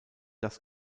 das